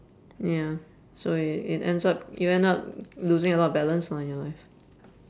yeah so it it ends up you end up losing a lot of balance lah in your life